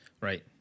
right